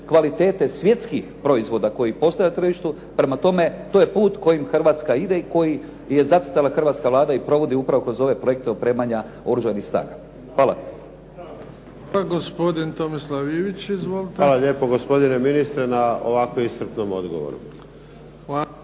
kvalitete svjetskih proizvoda koji postoje na tržištu. Prema tome, to je put kojim hrvatska ide i koji je zacrtala hrvatska Vlada i provodi upravo kroz ove projekte opremanja Oružanih snaga. Hvala. **Bebić, Luka (HDZ)** Hvala. Gospodin Tomislav Ivić. Izvolite. **Ivić, Tomislav (HDZ)** Hvala lijepo gospodine ministre na ovako iscrpnom odgovoru.